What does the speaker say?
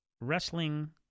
wrestling